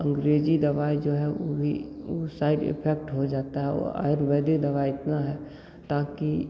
अंग्रेजी दवाई जो है वो भी वो साइड इफेक्ट हो जाता है और आयुर्वेदिक दवाई इतना है ताकि